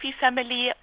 family